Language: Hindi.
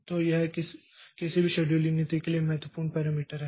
तो यह किसी भी शेड्यूलिंग नीति के लिए एक महत्वपूर्ण पैरामीटर है